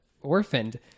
orphaned